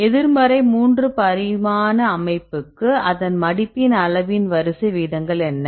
எதிர்மறை 3 பரிமாண அமைப்புக்கு அதன் மடிப்பின் அளவின் வரிசை விகிதங்கள் என்ன